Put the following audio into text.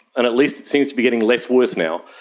and at least it seems to be getting less worse now.